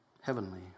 Heavenly